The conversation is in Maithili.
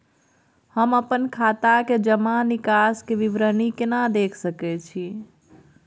हम अपन खाता के जमा निकास के विवरणी केना देख सकै छी?